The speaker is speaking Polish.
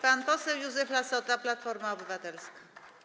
Pan poseł Józef Lassota, Platforma Obywatelska.